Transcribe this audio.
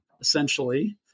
essentially